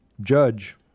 judge